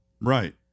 Right